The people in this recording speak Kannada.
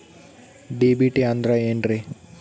ಡಿ.ಬಿ.ಟಿ ಅಂದ್ರ ಏನ್ರಿ?